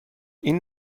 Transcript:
این